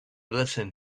listened